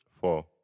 Four